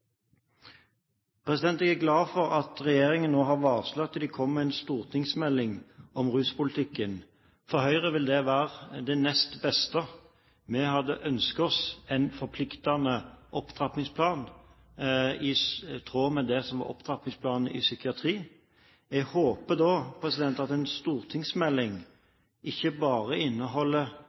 Jeg er glad for at regjeringen nå har varslet at det kommer en stortingsmelding om ruspolitikken. For Høyre vil det være det nest beste. Vi hadde ønsket oss en forpliktende opptrappingsplan i tråd med det som er opptrappingsplanen i psykiatrien. Jeg håper at en stortingsmelding ikke bare